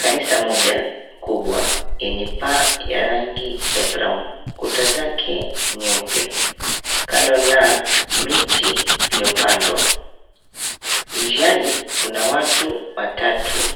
Kanisa moja kubwa lenye paa la rangi ya brown . Kuta zake nyeupe kando na miti iliyopandwa. Njiani kuna watu watatu,